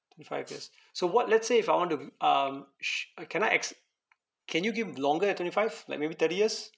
it's five years so what let's say if I want to um uh can I ex~ can you give longer than twenty five like maybe thirty years